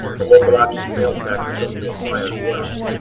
the local option sales tax is going to apply as well.